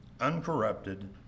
uncorrupted